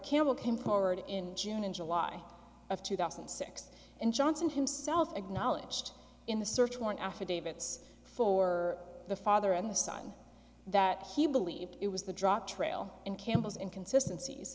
campbell came forward in june and july of two thousand and six and johnson himself acknowledged in the search warrant affidavits for the father and the son that he believed it was the drop trail in campbell's and consisten